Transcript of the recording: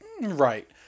right